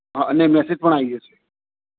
હા અને મેસેજ પણ આવી જશે